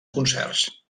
concerts